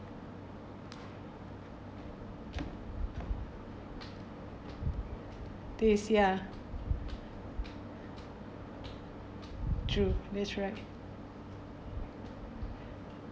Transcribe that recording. taste ya true that's right